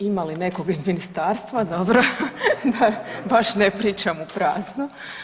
Ima li nekog iz ministarstva, dobro …/Smijeh/…da baš ne pričam u prazno.